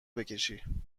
بکشی